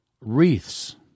wreaths